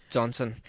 Johnson